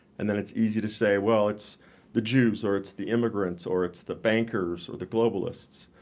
and then it's easy to say well it's the jews or it's the immigrants or it's the bankers, or the globalists.